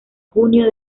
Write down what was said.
junio